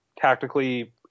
tactically